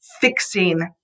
fixing